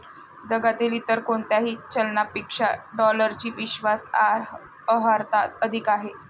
जगातील इतर कोणत्याही चलनापेक्षा डॉलरची विश्वास अर्हता अधिक आहे